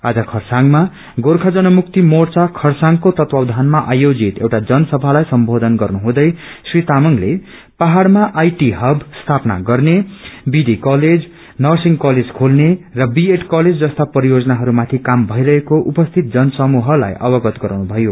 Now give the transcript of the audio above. आज खरसाङमा गोर्खा जनमुक्ति मोर्चा खरसाङको तत्वावधानमा आयोजित एउटा जनसभालाई सम्बोधन गर्नुहुँदै श्री तामाङले पहाड़मा आईटी हब स्थापना गर्ने विधि कलेज नसिंग कलेज खोल्ने र बीएड कलेज जस्ता परियोजनाहरूमाथि क्रम भइरहेको उपस्थित जनसमूहलाई अवग्त गराउनू थयो